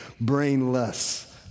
brainless